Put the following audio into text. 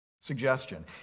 suggestion